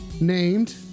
Named